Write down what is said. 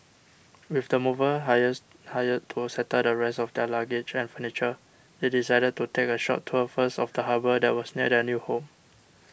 with the movers hires hired to settle the rest of their luggage and furniture they decided to take a short tour first of the harbour that was near their new home